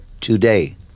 today